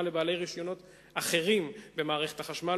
לבעלי רשיונות אחרים במערכת החשמל,